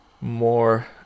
more